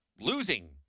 losing